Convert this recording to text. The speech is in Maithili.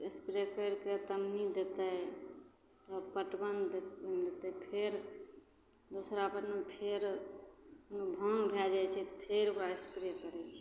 एस्प्रे करिके पन्नी देतै तब पटवन देतै तब फेर दोसरा बेरमे फेर ओहिमे धान भै जाइ छै फेर ओकरा एस्प्रे दै छै